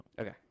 Okay